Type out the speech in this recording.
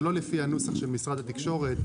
זה לא לפי הנוסח של משרד התקשורת.